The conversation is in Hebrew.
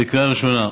בקריאה ראשונה.